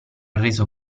reso